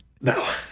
No